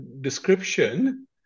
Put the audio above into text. description